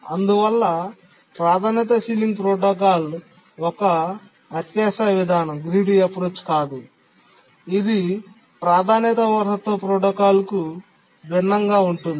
అందువల్ల ప్రాధాన్యత ceiling protocol ఒక అత్యాశ విధానం కాదు ఇది ప్రాధాన్యతా వారసత్వ ప్రోటోకాల్కు భిన్నంగా ఉంటుంది